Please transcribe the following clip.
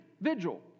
vigil